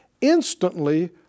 instantly